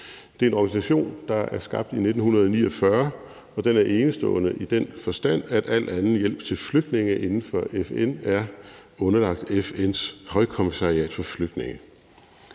Det er en organisation, der er skabt i 1949, og den er enestående i den forstand, at al anden hjælp til flygtninge inden for FN er underlagt FN's Højkommissariat for Flygtninge.